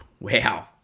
Wow